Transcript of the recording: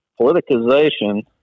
politicization